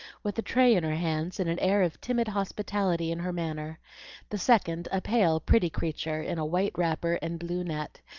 with a tray in her hands and an air of timid hospitality in her manner the second a pale, pretty creature, in a white wrapper and blue net,